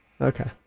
Okay